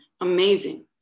amazing